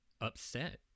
upset